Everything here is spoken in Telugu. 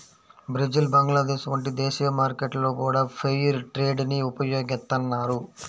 బ్రెజిల్ బంగ్లాదేశ్ వంటి దేశీయ మార్కెట్లలో గూడా ఫెయిర్ ట్రేడ్ ని ఉపయోగిత్తన్నారు